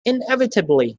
inevitably